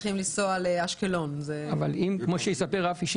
צריכים לנסוע לאשקלון כמו שיספר רפי,